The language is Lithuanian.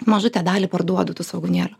mažutę dalį parduodu tų svogūnėlių